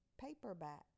paperback